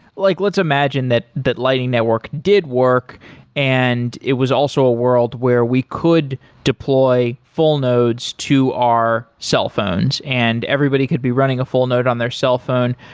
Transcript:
like let's imagine that that lighting network did work and it was also a world where we could deploy full nodes to our cell phones and everybody could be running a full node on their cell phone,